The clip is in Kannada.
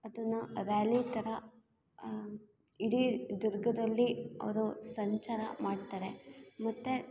ಅದನ್ನು ರ್ಯಾಲಿ ಥರ ಇಡೀ ದುರ್ಗದಲ್ಲಿ ಅವರು ಸಂಚಾರ ಮಾಡ್ತಾರೆ ಮತ್ತು